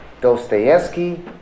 Dostoevsky